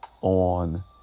on